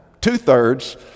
Two-thirds